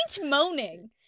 moaning